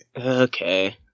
Okay